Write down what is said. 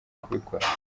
kubikora